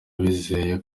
bizeye